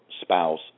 spouse